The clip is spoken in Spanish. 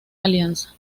alianza